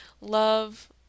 Love